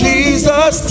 Jesus